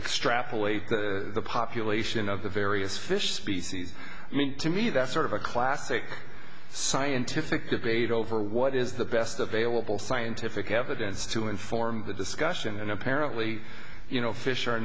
extrapolate the population of the various fish species me to me that's sort of a classic scientific debate over what is the best available scientific evidence to inform the discussion and apparently you know fish are